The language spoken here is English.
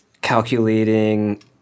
calculating